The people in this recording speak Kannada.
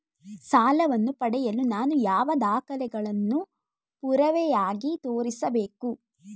ಸಾಲವನ್ನು ಪಡೆಯಲು ನಾನು ಯಾವ ದಾಖಲೆಗಳನ್ನು ಪುರಾವೆಯಾಗಿ ತೋರಿಸಬೇಕು?